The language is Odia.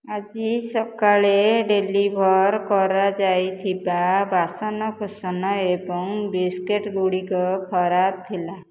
ଆଜି ସକାଳେ ଡେଲିଭର୍ କରାଯାଇଥିବା ବାସନକୁସନ ଏବଂ ବିସ୍କିଟ୍ଗୁଡ଼ିକ ଖରାପ ଥିଲା